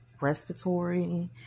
respiratory